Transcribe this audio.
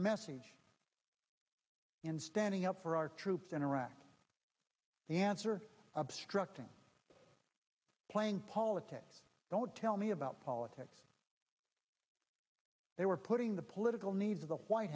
message and standing up for our troops in iraq the answer obstructing playing politics don't tell me about politics they were putting the political needs of the white